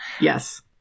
Yes